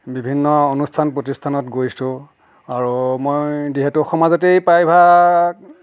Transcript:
বিভিন্ন অনুষ্ঠান প্ৰতিষ্ঠানত গৈছোঁ আৰু মই যিহেতু সমাজতেই প্ৰায়ভাগ